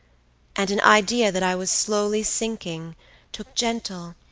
and an idea that i was slowly sinking took gentle,